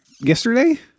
yesterday